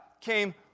came